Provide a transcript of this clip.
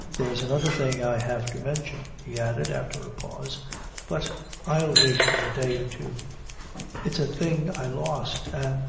there's another thing i have to mention, he added, after a pause but i'll wait for a day or two it's a thing i lost, an',